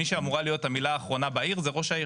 מי שאמורה להיות המילה האחרונה בעיר זה ראש העיר.